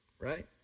right